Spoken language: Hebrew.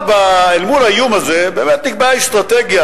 אבל אל מול האיום הזה באמת נקבעה אסטרטגיה,